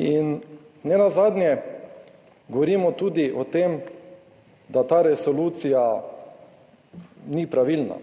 In nenazadnje govorimo tudi o tem, da ta resolucija ni pravilna,